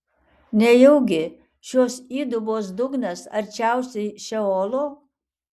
nejaugi šios įdubos dugnas arčiausiai šeolo